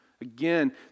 Again